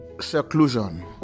seclusion